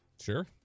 Sure